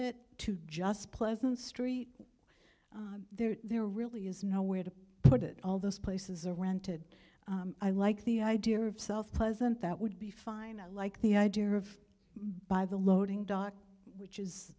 it to just pleasant street there there really is no where to put it all those places are rented i like the idea of self pleasant that would be fine i like the idea of by the loading dock which is